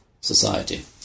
society